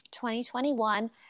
2021